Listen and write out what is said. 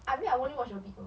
I mean I only watch a bit uh